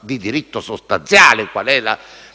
di diritto sostanziale, qual è la prescrizione,